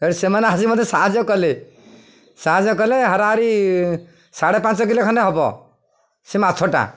ଏ ସେମାନେ ଆସି ମତେ ସାହାଯ୍ୟ କଲେ ସାହାଯ୍ୟ କଲେ ହାରାହାରି ସାଢ଼େ ପାଞ୍ଚ କିଲୋ ଖଣ୍ଡେ ହବ ସେ ମାଛଟା